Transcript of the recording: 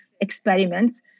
experiments